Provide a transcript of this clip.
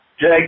Jake